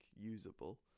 usable